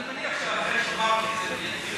אני מניח שאחרי שאמרתי את זה יגיעו.